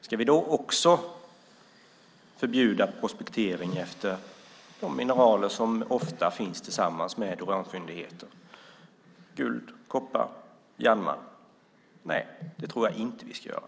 Ska vi då också förbjuda prospektering efter de mineraler som ofta finns tillsammans med uranfyndigheter - guld, koppar, järnmalm? Nej, det tror jag inte vi ska göra.